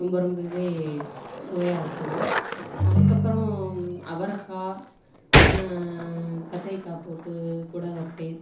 ரொம்ப ரொம்பவே சுவையாக இருக்கும் அதுக்கப்பறம் அவரைக்கா கத்தரிக்காய் போட்டு கூட வைப்பேன்